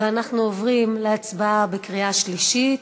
אנחנו עוברים להצבעה בקריאה שלישית.